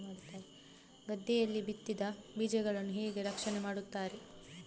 ಗದ್ದೆಯಲ್ಲಿ ಬಿತ್ತಿದ ಬೀಜಗಳನ್ನು ಹೇಗೆ ರಕ್ಷಣೆ ಮಾಡುತ್ತಾರೆ?